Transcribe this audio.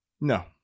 No